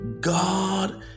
God